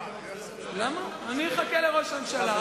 אני אחכה לראש הממשלה.